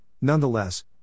Nonetheless